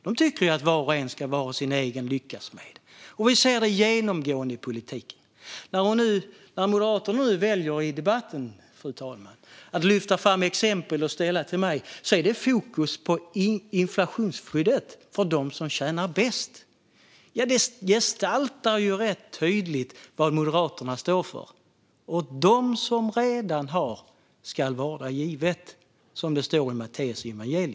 De tycker att var och en ska vara sin egen lyckas smed. Vi ser detta genomgående i politiken. När Moderaterna nu i debatten väljer att lyfta fram exempel att ställa mig inför är fokus på inflationsskyddet för dem som tjänar bäst. Det gestaltar rätt tydligt vad Moderaterna står för. Åt dem som redan har ska varda givet, som det står i Matteusevangeliet.